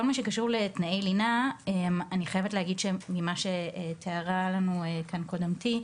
כל מה שקשור לתנאי לינה אני חייבת להגיד שממה שתיארה לנו קודמתי,